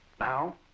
Now